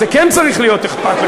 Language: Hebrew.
זה כן צריך להיות אכפת לך.